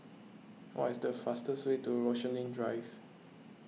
what is the fastest way to Rochalie Drive